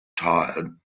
tired